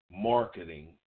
marketing